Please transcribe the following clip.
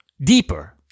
Deeper